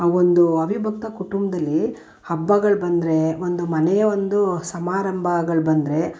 ಒಂದು ಅವಿಭಕ್ತ ಕುಟುಂಬದಲ್ಲಿ ಹಬ್ಬಗಳು ಬಂದರೆ ಒಂದು ಮನೆಯ ಒಂದು ಸಮಾರಂಭಗಳು ಬಂದರೆ